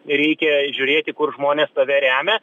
reikia žiūrėti kur žmonės tave remia